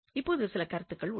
இப்போது சில கருத்துகள் உள்ளன